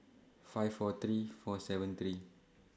five four three four seven three